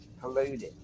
polluted